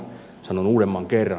sanon uudemman kerran